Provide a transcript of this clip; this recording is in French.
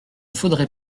faudrait